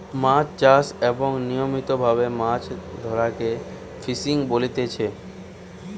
মাছ চাষ এবং নিয়মিত ভাবে মাছ ধরাকে ফিসিং বলতিচ্ছে